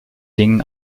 dingen